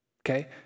Okay